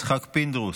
חבר הכנסת יצחק פינדרוס,